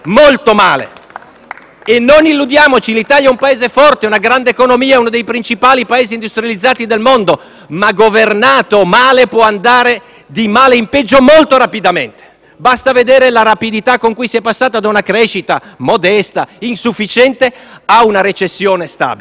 Non illudiamoci: l'Italia è un Paese forte, una grande economia, uno dei principali Paesi industrializzati del mondo; ma governato male può andare di male in peggio molto rapidamente. Basta vedere la rapidità con cui si è passati da una crescita modesta e insufficiente a una recessione stabile.